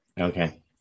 Okay